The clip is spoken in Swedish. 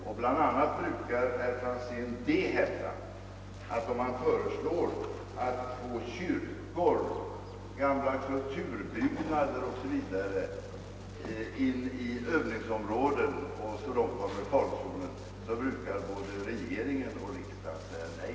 Om det föreslås att övningsområden skall utökas på ett sådant sätt att kyrkor, gamla kulturbyggnader osv. kommer i farozonen, brukar det hända att regeringen och riksdagen säger nej.